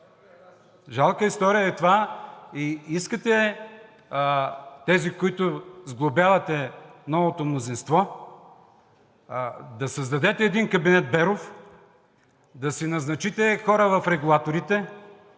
Жалка история е това и искате тези, които сглобявате новото мнозинство, да създадете един кабинет Беров, да си назначите хора в регулаторите,